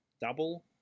double